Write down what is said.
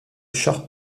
short